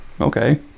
Okay